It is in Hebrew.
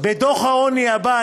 בדוח העוני הבא,